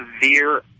severe